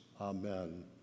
amen